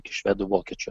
iki švedų vokiečių